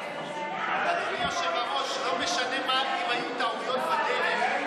אדוני היושב-ראש, לא משנה אם היו טעויות בדרך.